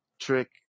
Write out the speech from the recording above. trick